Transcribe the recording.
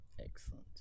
Excellent